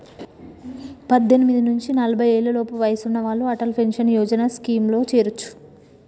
పద్దెనిమిది నుంచి నలభై ఏళ్లలోపు వయసున్న వాళ్ళు అటల్ పెన్షన్ యోజన స్కీమ్లో చేరొచ్చు